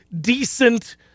decent